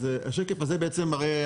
אז השקף הזה בעצם מראה,